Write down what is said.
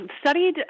studied